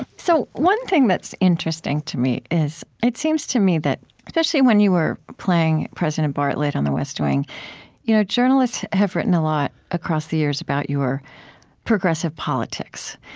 so one thing that's interesting to me is, it seems to me that especially when you were playing president bartlet on the west wing you know journalists have written a lot, across the years, about your progressive politics.